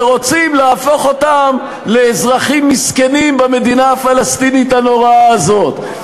ורוצים להפוך אותם לאזרחים מסכנים במדינה הפלסטינית הנוראה הזאת.